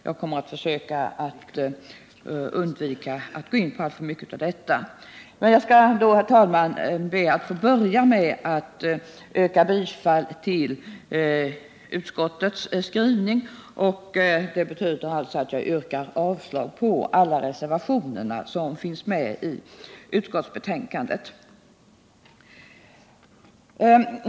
Jag ber, herr talman, att få börja med att yrka bifall till socialförsäkringsutskottets hemställan på alla punkter och därmed avslag på alla de reservationer som är fogade till betänkandet.